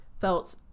felt